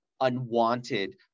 unwanted